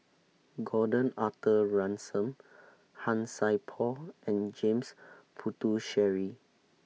Gordon Arthur Ransome Han Sai Por and James Puthucheary